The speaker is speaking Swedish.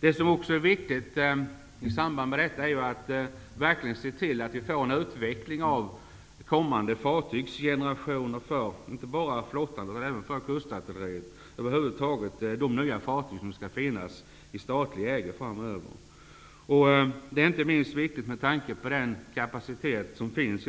Det som också är viktigt i samband med detta är att verkligen se till att vi får en utveckling av kommande fartygsgenerationer, dvs. de nya fartyg som skall finnas i statlig ägo framöver, inte bara för flottan utan även för kustartilleriet. Det är inte minst viktigt med tanke på den kapacitet som finns